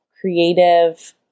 creative